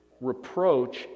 Reproach